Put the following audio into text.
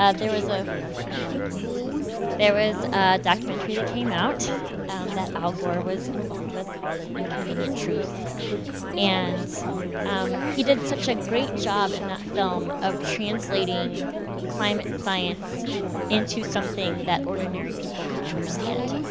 ah there was ah a there was a documentary that came out that al gore was involved with called an inconvenient truth and um he did such a great job in that film of translating climate science into something that ordinary people could understand.